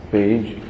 Page